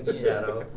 shadow.